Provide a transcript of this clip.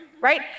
right